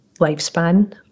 lifespan